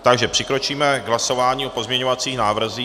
Takže přikročíme k hlasování o pozměňovacích návrzích.